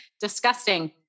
disgusting